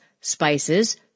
spices